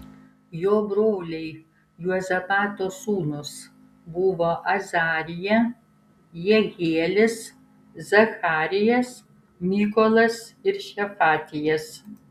jo broliai juozapato sūnūs buvo azarija jehielis zacharijas mykolas ir šefatijas